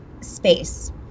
space